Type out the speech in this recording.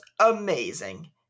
amazing